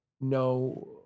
no